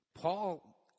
Paul